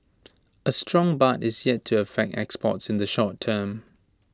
A strong baht is yet to affect exports in the short term